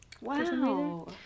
Wow